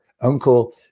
uncle